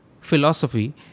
philosophy